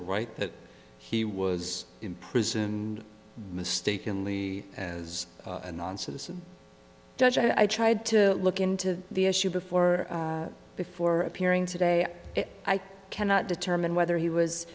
right that he was imprisoned mistakenly as a non citizen judge i tried to look into the issue before before appearing today i cannot determine whether he was